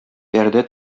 пәрдә